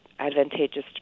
advantageous